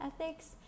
ethics